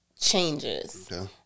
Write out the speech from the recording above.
changes